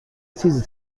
تیزی